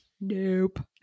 Nope